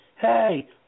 hey